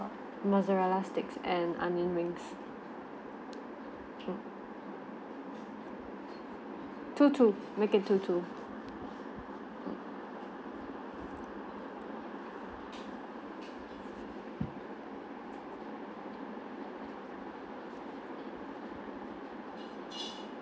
mozarella sticks and onion rings mm two two make it two two